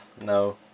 no